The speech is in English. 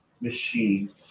machine